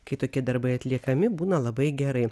kai tokie darbai atliekami būna labai gerai